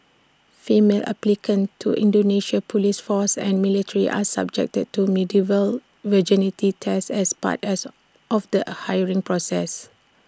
female applicants to Indonesia's Police force and military are subjected to medieval virginity tests as part as of the hiring process